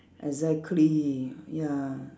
exactly ya